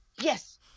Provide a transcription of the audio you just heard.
yes